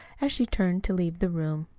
as she turned to leave the room.